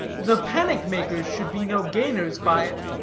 the panic-makers should be no gainers by it.